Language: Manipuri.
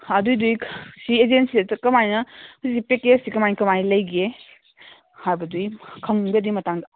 ꯑꯗꯨꯏꯗꯨꯏ ꯁꯤ ꯑꯦꯖꯦꯟꯁꯤꯗ ꯀꯃꯥꯏꯅ ꯇꯤꯛꯀꯦꯠꯁꯦ ꯀꯃꯥꯏ ꯀꯃꯥꯏꯅ ꯂꯩꯒꯦ ꯍꯥꯏꯕꯗꯨꯒꯤ ꯈꯪꯅꯤꯡꯕ ꯑꯗꯨꯏ ꯃꯇꯥꯡꯗ